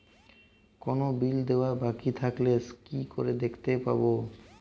কোনো বিল দেওয়া বাকী থাকলে কি করে দেখতে পাবো?